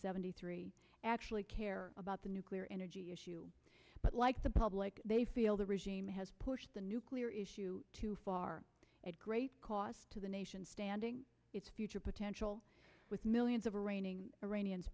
seventy three actually care about the nuclear energy issue but like the public they feel the regime has pushed the nuclear issue too far at great cost to the nation standing its future potential with millions of reigning iranians